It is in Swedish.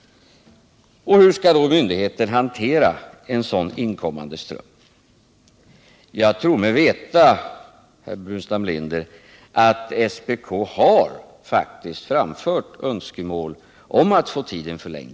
Hur skall då myndigheten kunna hantera en sådan inkommande anmälningsström? Jag tror mig veta, herr Burenstam Linder, att SPK faktiskt har framfört önskemål om att få tiden förlängd.